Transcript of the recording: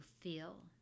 feel